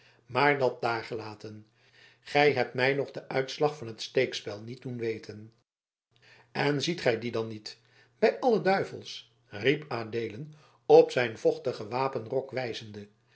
maar dat daargelaten gij hebt mij nog den uitslag van het steekspel niet doen weten en ziet gij dien dan niet bij alle duivels riep adeelen op zijn vochtigen wapenrok wijzende